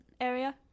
area